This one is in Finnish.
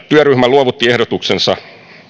työryhmä luovutti ehdotuksensa